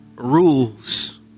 rules